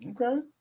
okay